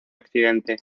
occidente